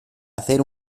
hacer